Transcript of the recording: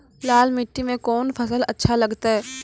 लाल मिट्टी मे कोंन फसल अच्छा लगते?